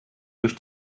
durch